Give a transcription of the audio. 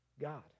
God